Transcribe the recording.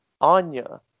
Anya